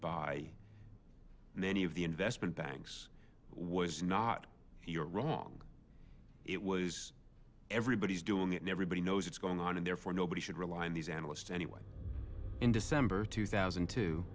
by many of the investment banks was not you're wrong it was everybody's doing it and everybody knows it's going on and therefore nobody should rely on these analysts anyway in december two thousand